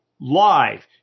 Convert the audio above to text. live